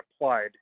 applied